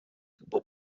but